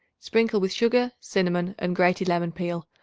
sprinkle with sugar, cinnamon and grated lemon peel,